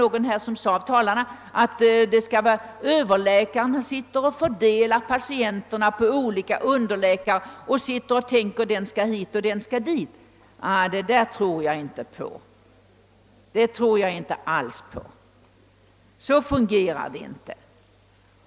Någon av talarna här sade, att överläkaren sitter och fördelar patienterna på olika underläkare. Det där tror jag emellertid inte alls på. Så fungerar det inte.